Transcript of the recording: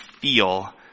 feel